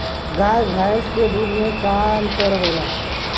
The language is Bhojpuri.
गाय भैंस के दूध में का अन्तर होला?